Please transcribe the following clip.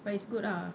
but it's good ah